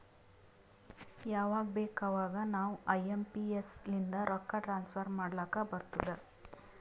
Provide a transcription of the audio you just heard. ಯವಾಗ್ ಬೇಕ್ ಅವಾಗ ನಾವ್ ಐ ಎಂ ಪಿ ಎಸ್ ಲಿಂದ ರೊಕ್ಕಾ ಟ್ರಾನ್ಸಫರ್ ಮಾಡ್ಲಾಕ್ ಬರ್ತುದ್